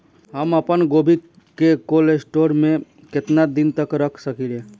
हम आपनगोभि के कोल्ड स्टोरेजऽ में केतना दिन तक रख सकिले?